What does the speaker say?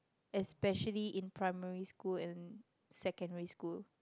especially in primary school and secondary school